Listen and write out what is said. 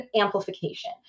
amplification